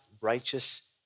righteous